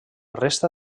resta